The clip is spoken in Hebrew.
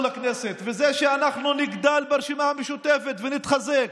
לכנסת וזה שאנחנו נגדל ברשימה המשותפת ונתחזק,